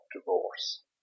divorce